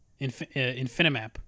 Infinimap